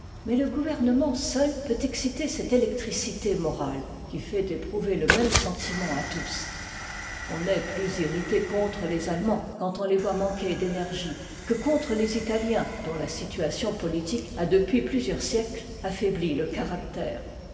mais le gouvernement seul peut exciter cette électricité morale qui fait éprouver le même sentiment à tous on est plus irrité contre les allemands quand on les voit manquer d'énergie que contre les italiens dont la situation politique a depuis plusieurs siècles affaibli le caractère